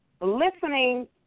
listening